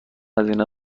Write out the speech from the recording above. هزینه